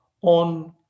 on